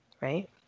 Right